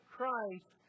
Christ